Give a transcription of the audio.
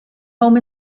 home